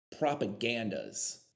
propagandas